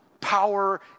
power